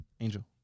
Angel